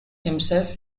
himself